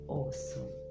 awesome